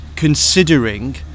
considering